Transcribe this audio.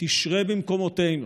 תשרה במקומותינו,